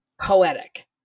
poetic